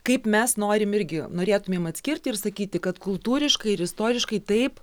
kaip mes norim irgi norėtumėm atskirti ir sakyti kad kultūriškai ir istoriškai taip